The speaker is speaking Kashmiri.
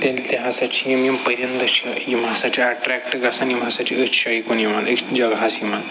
تیٚلہِ تہِ ہسا چھِ یِم یِم پٔرِنٛدٕ چھِ یِم ہسا چھِ اٮ۪ٹرٮ۪کٹ گژھان یِم ہسا چھِ أتھۍ جایہِ کُن یِوان أتھۍ جگہَس یِوان